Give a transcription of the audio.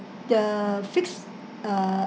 the fixed uh